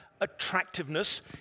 attractiveness